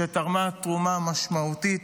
ותרמו תרומה משמעותית